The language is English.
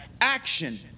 action